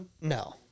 No